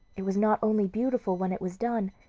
it was not only beautiful when it was done,